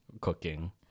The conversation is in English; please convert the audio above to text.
cooking